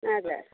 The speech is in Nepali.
हजुर